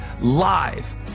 Live